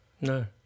No